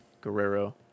Guerrero